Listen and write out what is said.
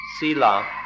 sila